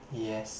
yes